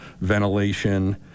ventilation